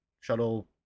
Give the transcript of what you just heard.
shuttle